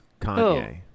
Kanye